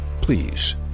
please